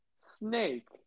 Snake